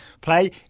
play